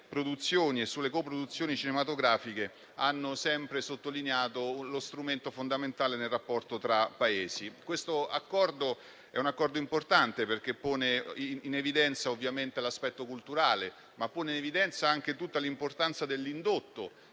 e alle coproduzioni cinematografiche, ne hanno sempre sottolineato l'aspetto di strumento fondamentale nel rapporto tra Paesi. Questo Accordo è importante, perché pone in evidenza, ovviamente, l'aspetto culturale, ma anche tutta l'importanza dell'indotto